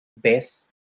best